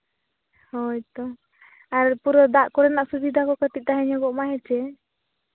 ᱦᱳᱭ ᱛᱚ ᱟᱨ ᱯᱩᱨᱟᱹ ᱫᱟᱜ ᱠᱚᱨᱮᱱᱟᱜ ᱥᱩᱵᱤᱫᱷᱟ ᱠᱚ ᱠᱟᱹᱴᱤᱡ ᱛᱟᱦᱮᱸ ᱧᱚᱜᱚᱜ ᱢᱟ ᱦᱮᱸᱥᱮ